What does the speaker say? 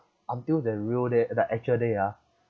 until the real day the actual day ah